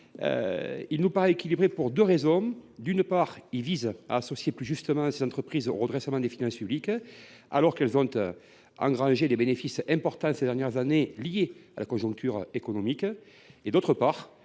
Il nous paraît équilibré, et cela pour deux raisons. D’une part, il vise à associer plus justement ces entreprises au redressement des finances publiques, alors qu’elles ont engrangé ces dernières années des bénéfices importants, liés à la conjoncture économique. D’autre part,